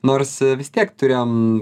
nors vis tiek turėjom